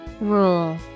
rule